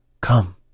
come